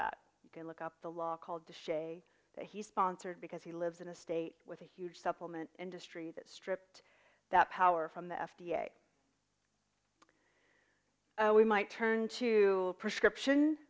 that look up the law called the shea that he sponsored because he lives in a state with a huge supplement industry that stripped that power from the f d a we might turn to prescription